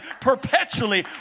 perpetually